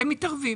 אתם מתערבים